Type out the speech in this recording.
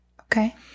Okay